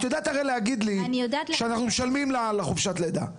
את יודעת הרי להגיד לי שאנחנו משלמים לה על חופשת הלידה,